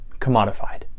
commodified